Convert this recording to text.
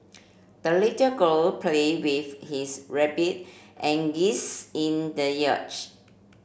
the little girl play with his rabbit and geese in the